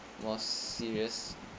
more serious